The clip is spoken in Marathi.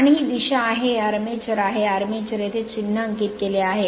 आणि ही दिशा आहे हे आर्मेचर आहे आर्मेचर येथे चिन्हांकित केले आहे